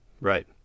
Right